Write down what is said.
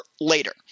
later